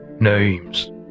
Names